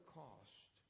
cost